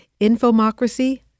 Infomocracy